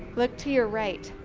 look to your right.